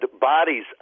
bodies